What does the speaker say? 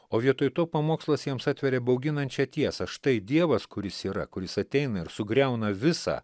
o vietoj to pamokslas jiems atveria bauginančią tiesą štai dievas kuris yra kuris ateina ir sugriauna visa